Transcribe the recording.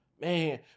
man